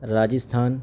Rajasthan